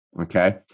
Okay